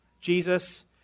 Jesus